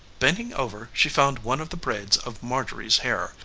bending over she found one of the braids of marjorie's hair,